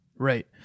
Right